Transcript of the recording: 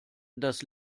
dass